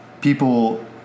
people